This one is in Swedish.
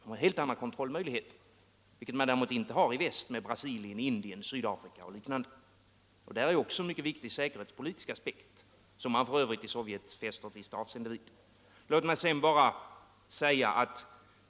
Man har helt andra kontrollmöjligheter än de som finns i väst, med Brasilien, Indien, Sydafrika m.fl. länder. Detta är också en mycket viktig säkerhetspolitisk aspekt, som man f.ö. i Sovjetunionen fäster visst avseende vid.